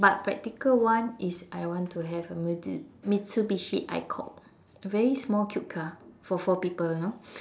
but practical one is I want to have a mitsu~ Mitsubishi I cord very small cute car for four people you know